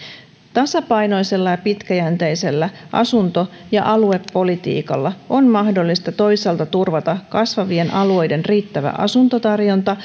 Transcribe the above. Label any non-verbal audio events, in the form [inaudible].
tasapainoisella ja pitkäjänteisellä asunto ja aluepolitiikalla on mahdollista toisaalta turvata kasvavien alueiden riittävä asuntotarjonta [unintelligible]